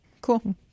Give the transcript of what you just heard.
cool